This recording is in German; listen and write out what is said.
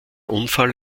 unfall